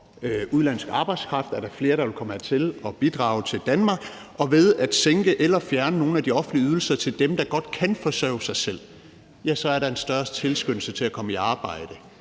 udenlandsk arbejdskraft er der flere, der vil komme hertil og bidrage til Danmark. Og ved at sænke eller fjerne nogle af de offentlige ydelser til dem, der godt kan forsørge sig selv, så er der en større tilskyndelse til at komme i arbejde.